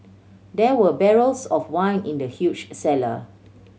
there were barrels of wine in the huge cellar